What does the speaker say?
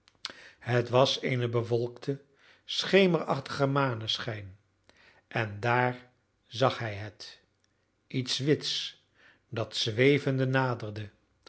het was eene bewolkte schemerachtige maneschijn en daar zag hij het iets wits dat zwevende naderde